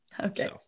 Okay